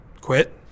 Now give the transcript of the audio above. quit